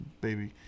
baby